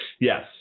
Yes